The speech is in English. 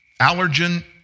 Allergen